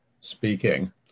speaking